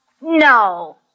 No